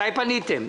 מתי פניתם?